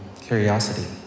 Curiosity